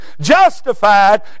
justified